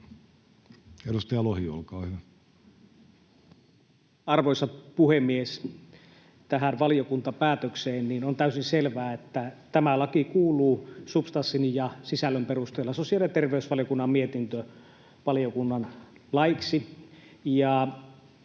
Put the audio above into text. Time: 14:51 Content: Arvoisa puhemies! Tähän valiokuntapäätökseen: on täysin selvää, että tämä laki kuuluu substanssin ja sisällön perusteella sosiaali- ja terveysvaliokunnan mietintövaliokunnan laiksi.